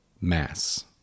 mass